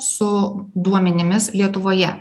su duomenimis lietuvoje